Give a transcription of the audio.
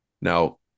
Now